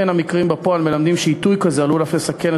המקרים בפועל מלמדים שזה עלול אף לסכן את